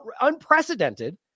unprecedented